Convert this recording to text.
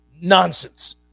nonsense